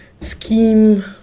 scheme